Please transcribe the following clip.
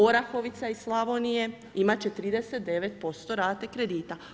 Orahovica iz Slavonije imat će 39% rate kredita.